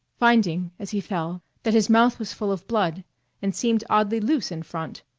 finding, as he fell, that his mouth was full of blood and seemed oddly loose in front.